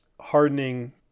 hardening